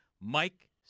Mike